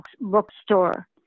bookstore